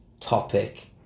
topic